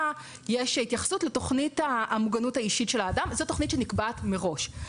יש התייחסות לתוכנית המוגנות האישית של האדם אשר נקבעת מראש,